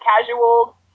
casual